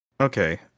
Okay